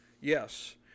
Yes